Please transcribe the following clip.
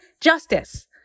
Justice